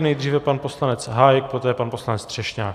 Nejdříve pan poslanec Hájek, poté pan poslanec Třešňák.